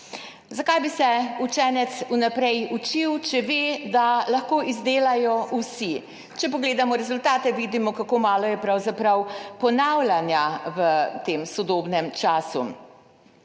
Zakaj bi se učenec vnaprej učil, če ve, da lahko izdelajo vsi? Če pogledamo rezultate, vidimo, kako malo je pravzaprav ponavljanja v tem sodobnem času.